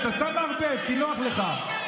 אתה סתם מערבב כי נוח לך.